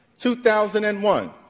2001